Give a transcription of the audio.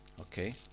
okay